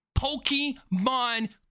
Pokemon